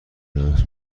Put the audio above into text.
لمس